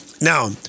now